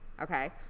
okay